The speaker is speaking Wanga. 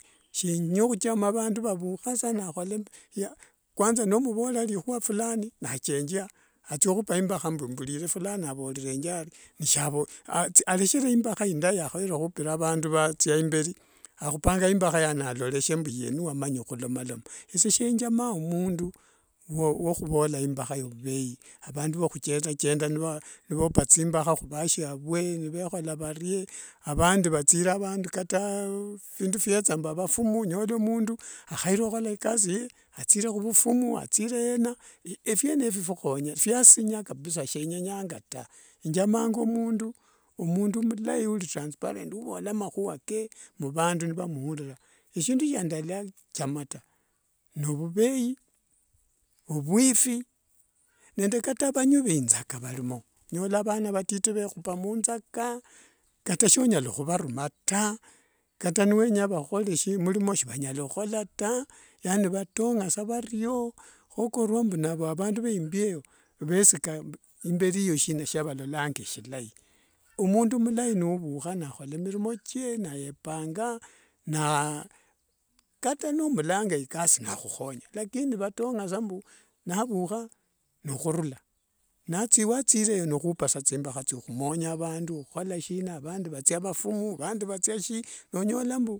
Shena huthama avandu vavukhasa nakhola kwanza nomuvorera lihua fulani nachenjia. Athia hupa imbakha mbu mbulire fulani avorerenje ari nishavorere alekhere vindu vya ahoere khupira vandu vatsia imberi, akupanga imbakha yanaloreshe mbu niyewamanya khulomaloma. Esie senthamanga emundu wokhuvoka imbakha yovuvei avandu vokhundecha chenda nivopa chimbakha huvasiavwe nivekhola varie. Avandi vathira vandu kataa, phindu phietha mbu avafumo, onyola mundu ahaire khuhola ikasi yee athire khuvafumu athire ena ephwene phio phwenya phiasinya kabisa sindenyanga taa. Enjamanga mundu mlai uli transparent uvhola mahua kee muvandu n vamuulira. Eshindu shidadala chama taa, n ovuvei ovhwifi nende kata vanywi ve inzaga valimo. Onyola vana vatiti vhehupa mnzaka. Kata sonyala huvaruma taa kata niwenya vakhuhorere sindu milimo shivanya hukhola taa, yani vatonga sa vario. Sokorua vandu va imbi ayo vesika imberi eyo vesika sina shilai. Omundu mlai n uvukha na akhola milimo chie niyepanga kata nomulanga ikasi na hukhonya. Lakini vatongasa mbu navukha n khurula wachireo n khupa sa thimbakha thia khumonya avandu ekhuhola sina avandi vathira vafumu vandi vathia si nonyola mbu.